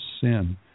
sin